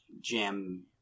jam